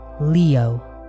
Leo